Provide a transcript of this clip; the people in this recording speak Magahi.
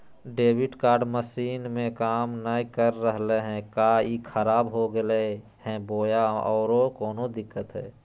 डेबिट कार्ड मसीन में काम नाय कर रहले है, का ई खराब हो गेलै है बोया औरों कोनो दिक्कत है?